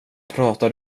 pratar